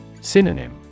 Synonym